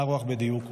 באותה הרוח בדיוק,